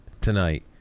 tonight